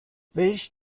welch